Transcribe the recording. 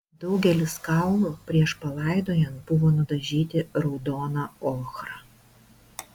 daugelis kaulų prieš palaidojant buvo nudažyti raudona ochra